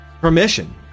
permission